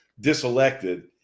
diselected